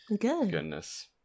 goodness